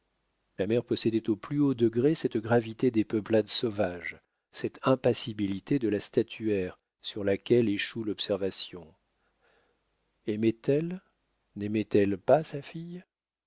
la mère possédait au plus haut degré cette gravité des peuplades sauvages cette impassibilité de la statuaire sur laquelle échoue l'observation aimait-elle naimait elle pas sa fille